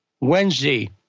Wednesday